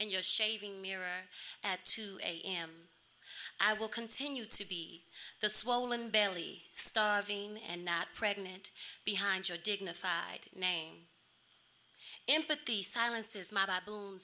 and your shaving mirror at two am i will continue to be the swollen belly starving and not pregnant behind your dignified name empathy silences my